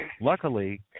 Luckily